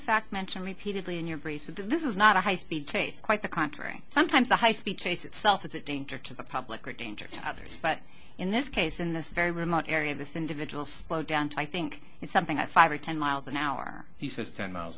fact mentioned repeatedly in your bracelet that this is not a high speed chase quite the contrary sometimes the high speed chase itself is a danger to the public or danger to others but in this case in this very remote area this individual slow down to i think it's something i five or ten miles an hour he says ten miles